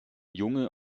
junge